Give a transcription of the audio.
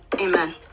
amen